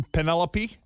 Penelope